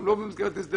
גם לא במסגרת הסדרים.